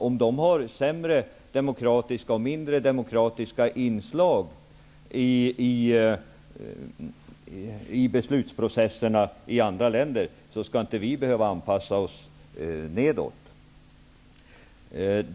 Om de har färre demokratiska inslag i beslutsprocesserna i andra länder skall inte vi behöva anpassa oss nedåt.